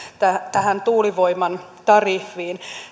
tähän tuulivoiman tariffiin